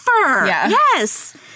Yes